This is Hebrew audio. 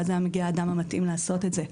והיה מגיע האדם המתאים לעשות את זה.